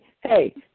Hey